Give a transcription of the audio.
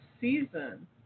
season